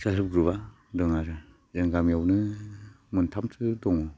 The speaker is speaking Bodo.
सेल्फ हेल्प ग्रुपआ दं आरो जोंनि गामियावनो मोनथामसो दं